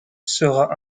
sera